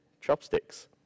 chopsticks